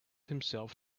himself